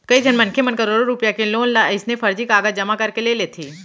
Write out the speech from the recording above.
कइझन मनखे मन करोड़ो रूपिया के लोन ल अइसने फरजी कागज जमा करके ले लेथे